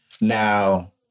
Now